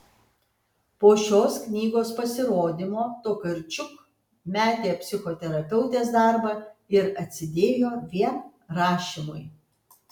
po šios knygos pasirodymo tokarčuk metė psichoterapeutės darbą ir atsidėjo vien rašymui